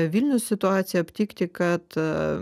vilniaus situaciją aptikti kad